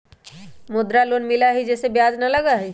मुद्रा लोन मिलहई जे में ब्याज न लगहई?